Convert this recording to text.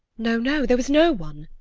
no, no! there was no one!